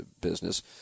business